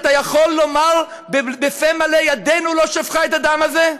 אתה יכול לומר בפה מלא: ידנו לא שפכה את הדם הזה?